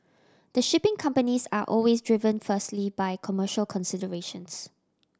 the shipping companies are always driven firstly by commercial considerations